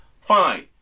fine